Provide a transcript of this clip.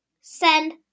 Send